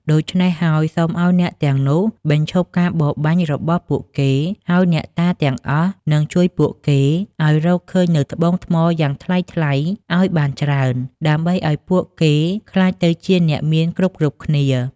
ដូច្នេះហើយសូមឱ្យអ្នកទាំងនោះបញ្ឈប់ការបរបាញ់របស់ពួកគេ ហើយអ្នកតាទាំងអស់នឹងជួយពួកគេឲ្យរកឃើញនូវត្បូងថ្មយ៉ាងថ្លៃៗ ឲ្យបានច្រើនដើម្បីឲ្យពួកគេក្លាយទៅជាអ្នកមានគ្រប់ៗគ្នា